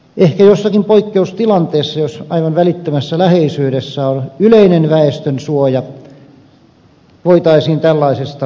ehkä jossakin poikkeustilanteessa jos aivan välittömässä läheisyydessä on yleinen väestönsuoja voitaisiin tällaisesta vaatimuksesta tinkiä